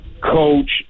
coach